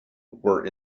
were